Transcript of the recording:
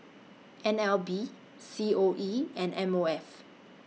N L B C O E and M O F